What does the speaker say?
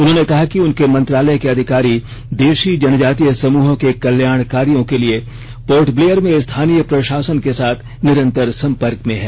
उन्होंने कहा कि उनके मंत्रालय के अधिकारी देशी जनजातीय समूहों के कल्याण कार्यों के लिए पोर्टब्लेयर में स्थानीय प्रशासन के साथ निरंतर संपर्क में हैं